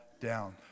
down